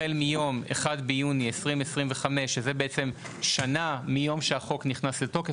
החל מיום 1 ביוני 2025; כשנה מהיום שבו החוק נכנס לתוקף.